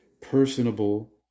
personable